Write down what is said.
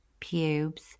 Pubes